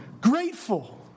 grateful